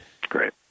great